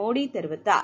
மோடி தெரிவித்தார்